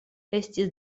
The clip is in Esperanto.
estis